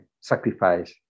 Sacrifice